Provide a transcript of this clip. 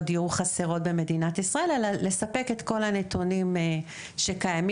דיור חסרות במדינת ישראל אלא לספק את כל הנתונים שקיימים.